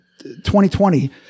2020